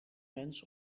mens